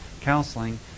counseling